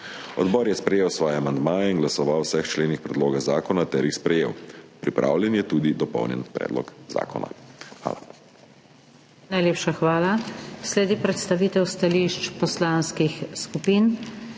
Odbor je sprejel svoje amandmaje in glasoval o vseh členih predloga zakona ter jih sprejel. Pripravljen je tudi dopolnjen predlog zakona. Hvala. PODPREDSEDNICA NATAŠA SUKIČ: Najlepša hvala. Sledi predstavitev stališč poslanskih skupin.